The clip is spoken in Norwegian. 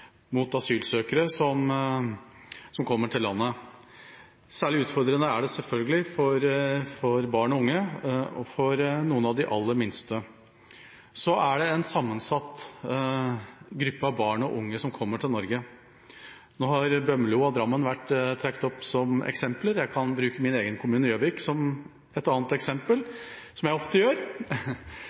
mot asylsøkere som kommer til landet. Særlig utfordrende er det selvfølgelig for barn og unge og for noen av de aller minste. Det er en sammensatt gruppe av barn og unge som kommer til Norge. Nå har Bømlo og Drammen blitt trukket fram som eksempler. Jeg kan bruke min egen kommune, Gjøvik, som et annet eksempel, som jeg ofte gjør.